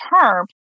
term